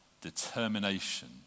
determination